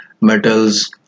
metals